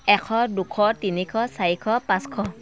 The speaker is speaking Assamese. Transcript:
এশ দুশ তিনিশ চাৰিশ পাঁচশ